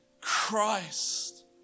Christ